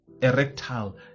erectile